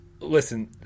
listen